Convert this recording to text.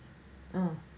uh